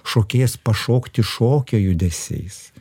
šokėjas pašokti šokio judesiais